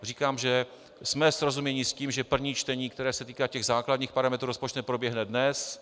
Říkám, že jsme srozuměni s tím, že první čtení, které se týká základních parametrů rozpočtu, proběhne dnes.